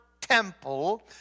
temple